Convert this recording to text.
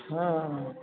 हाँ